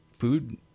food